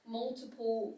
multiple